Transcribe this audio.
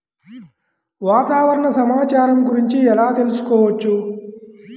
వాతావరణ సమాచారం గురించి ఎలా తెలుసుకోవచ్చు?